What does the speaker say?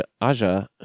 aja